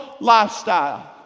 lifestyle